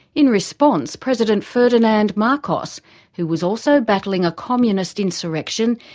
in response president ferdinand marcos who was also battling a communist insurrection,